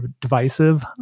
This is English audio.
divisive